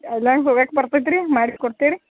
ಹೋಗಾಕೆ ಬರ್ತೈತಿ ರೀ ಮಾಡಿ ಕೊಡ್ತೀರಿ